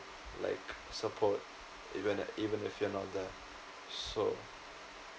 like support even at even if you're not there so